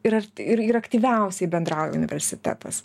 ir ir ir aktyviausiai bendrauja universitetas